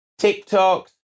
TikToks